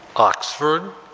oxford,